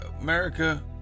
America